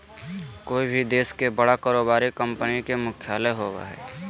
कोय भी देश के बड़ा कारोबारी कंपनी के मुख्यालय होबो हइ